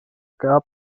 gab